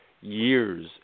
years